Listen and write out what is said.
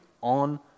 on